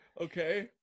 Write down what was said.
Okay